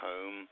home